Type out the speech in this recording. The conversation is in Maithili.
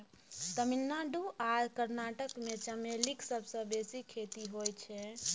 तमिलनाडु आ कर्नाटक मे चमेलीक सबसँ बेसी खेती होइ छै